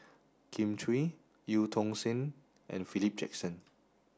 Kin Chui Eu Tong Sen and Philip Jackson